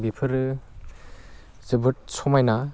बेफोरो जोबोद समायना